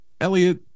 Elliot